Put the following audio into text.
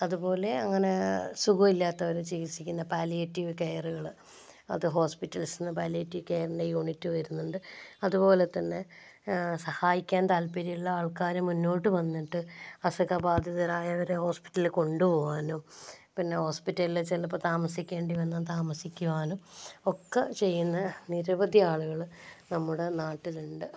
അതുപോലെ അങ്ങനെ സുഖമില്ലാത്തവരെ ചികിത്സിക്കുന്ന പാലിയേറ്റീവ് കെയറുകള് അത് ഹോസ്പിറ്റൽസ്ന്ന് പാലിയേറ്റീവ് കെയറിൻ്റെ യൂണിറ്റ് വരുന്നുണ്ട് അതുപോലെ തന്നെ സഹായിക്കാൻ താല്പര്യമുള്ള ആൾക്കാരും മുന്നോട്ടു വന്നിട്ട് അസുഖ ബാധിതരായവരെ ഹോസ്പിറ്റലിൽ കൊണ്ടുപോവാനും പിന്നെ ഹോസ്പിറ്റലിൽ ചിലപ്പോൾ താമസിക്കേണ്ടി വന്നാൽ താമസിക്കുവാനും ഒക്കെ ചെയ്യുന്ന നിരവധി ആളുകൾ നമ്മുടെ നാട്ടിലുണ്ട്